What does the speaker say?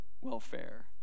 welfare